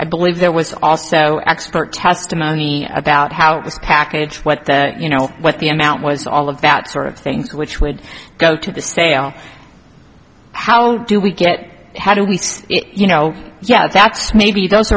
i believe there was also an expert testimony about how this package what you know what the amount was all of that sort of things which would go to the sale how do we get how do we you know yeah that's maybe those